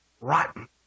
rotten